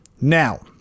Now